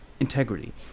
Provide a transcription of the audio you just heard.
integrity